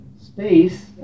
Space